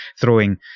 throwing